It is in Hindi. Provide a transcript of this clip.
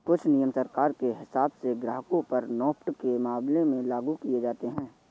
कुछ नियम सरकार के हिसाब से ग्राहकों पर नेफ्ट के मामले में लागू किये जाते हैं